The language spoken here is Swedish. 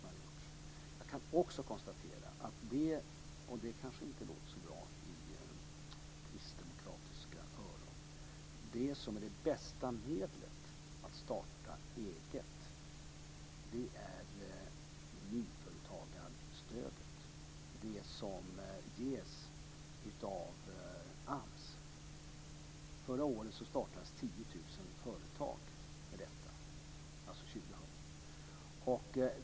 Jag kan också konstatera - det kanske inte låter så bra i kristdemokratiska öron - att det bästa medlet att starta eget är nyföretagarstödet, det som ges av AMS. År 2000 startades 10 000 företag med hjälp av detta.